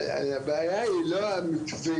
אז הבעיה היא לא המתווים,